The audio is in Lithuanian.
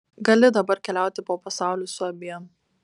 gali dabar keliauti po pasaulį su abiem